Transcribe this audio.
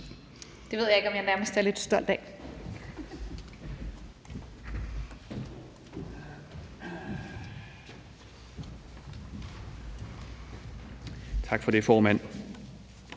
Det ved jeg ikke om jeg nærmest er lidt stolt af). Nu er det hr.